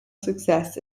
success